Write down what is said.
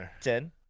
Ten